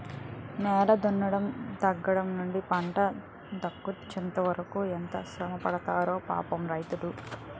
నేల దున్నడం దగ్గర నుంచి పంట కోతకొచ్చెంత వరకు ఎంత శ్రమపడతాడో పాపం రైతు